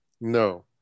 No